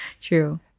True